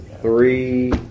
three